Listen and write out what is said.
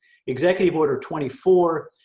executive order twenty four